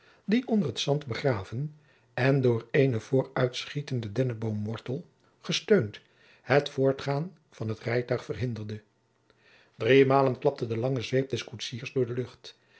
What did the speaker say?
die onder t zand begraven en door eenen vooruitschietenden denneboomswortel gesteund het voortgaan van het rijtuig verhinderde driemalen klapte de lange zweep des koetsiers door de lucht